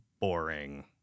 boring